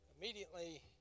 Immediately